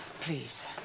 Please